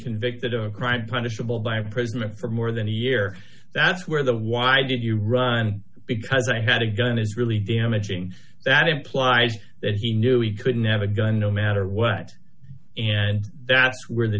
convicted of a crime punishable by imprisonment for more than a year that's where the why did you run because i had a gun is really damaging that implies that he knew he couldn't have a gun no matter what and that's where the